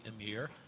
emir